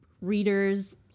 readers